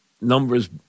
numbers